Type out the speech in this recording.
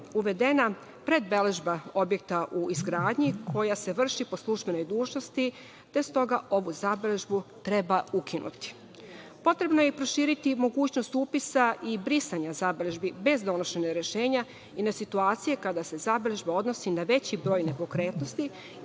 uvedena predbeležba objekta u izgradnji koja se vrši po službenoj dužnosti, te stoga ovu zabeležbu treba ukinuti. Potrebno je proširiti i mogućnost upisa i brisanje zabeležbi bez donošenja rešenja i na situacije kada se zabeležba odnosi na veći broj nepokretnosti